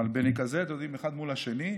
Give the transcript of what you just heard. מלבני כזה, אתם יודעים, אחד מול השני.